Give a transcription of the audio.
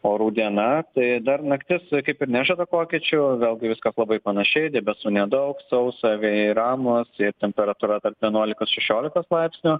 orų diena tai dar naktis kaip ir nežada pokyčių vėlgi viskas labai panašiai debesų nedaug sausa vėjai ramūs ir temperatūra tarp vienuolikos šešiolikos laipsnių